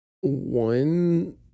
one